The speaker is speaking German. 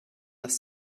dass